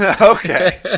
Okay